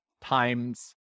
times